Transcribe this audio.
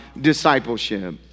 discipleship